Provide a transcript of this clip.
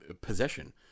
possession